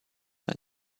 than